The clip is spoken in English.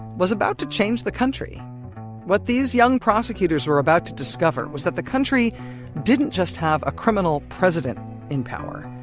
was about to change the country what these young prosecutors were about to discover was that the country didn't just have a criminal president in power,